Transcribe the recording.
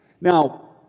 Now